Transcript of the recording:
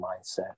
mindset